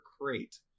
crate